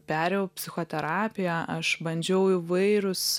perėjau psichoterapiją aš bandžiau įvairius